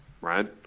right